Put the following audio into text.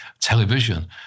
television